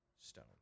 stone